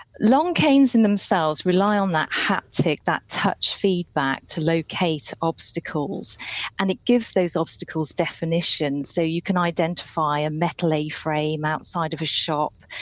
long canes, in themselves, rely on that haptic, that touch feedback, to locate obstacles and it gives those obstacles definition, so you can identify a metal a-frame outside of a shop,